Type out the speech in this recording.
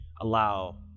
allow